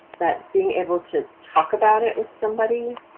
that being able to talk about it with somebody,